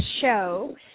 show